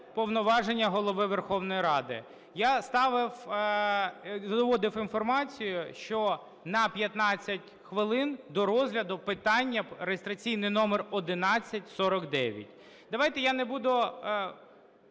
повноваження Голови Верховної Ради. Я доводив інформацію, що на 15 хвилин – до розгляду питання реєстраційний номер 1149. Давайте я не буду